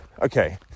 Okay